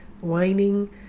whining